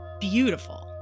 beautiful